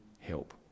help